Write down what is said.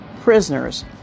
prisoners